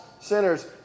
sinners